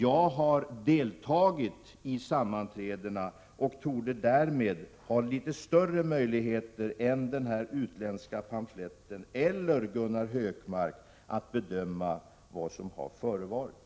Jag har deltagit i sammanträdena och torde därmed ha litet större möjligheter än både de personer som står bakom den här utländska pamfletten och Gunnar Hökmark att bedöma vad som har förevarit.